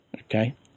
Okay